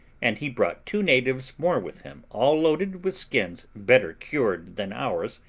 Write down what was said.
and he brought two natives more with him, all loaded with skins better cured than ours,